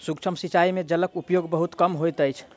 सूक्ष्म सिचाई में जलक उपयोग बहुत कम होइत अछि